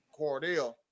Cordell